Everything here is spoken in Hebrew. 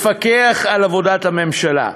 לפקח על עבודת הממשלה.